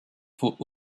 pour